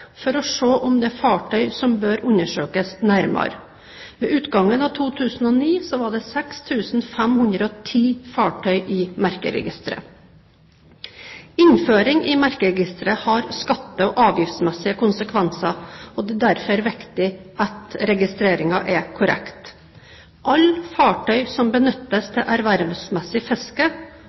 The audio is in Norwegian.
for å se om det er fartøy som bør undersøkes nærmere. Ved utgangen av 2009 var det 6 510 fartøy i merkeregisteret. Innføring i merkeregisteret har skatte- og avgiftsmessige konsekvenser, og det er derfor viktig at registreringen er korrekt. Alle fartøy som benyttes til ervervsmessig fiske,